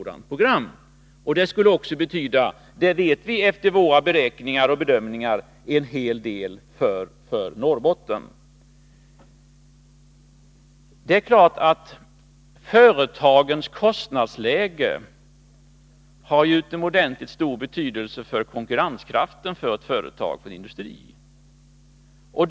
Det skulle också betyda, det vet vi efter våra beräkningar och bedömningar, en hel del för Norrbotten. Företagens kostnadsläge har naturligtvis utomordentligt stor betydelse för företagens konkurrenskraft.